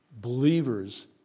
believers